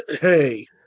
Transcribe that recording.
Hey